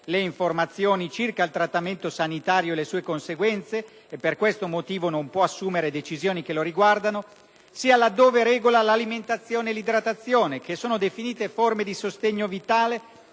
le informazioni circa il trattamento sanitario e le sue conseguenze e per questo motivo non può assumere decisioni che lo riguardano»), sia laddove regola l'alimentazione e l'idratazione, che sono definite «forme di sostegno vitale